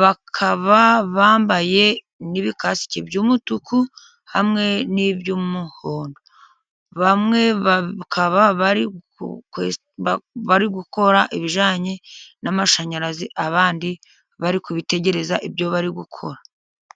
bakaba bambaye n'ibikasike by'umutuku, hamwe n'iby'umuhondo. Bamwe bakaba bari gukora ibijyanye n'amashanyarazi, abandi bari kubitegereza ibyo bari gukora.